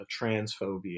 transphobia